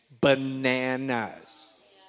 bananas